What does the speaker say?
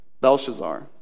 Belshazzar